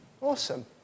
awesome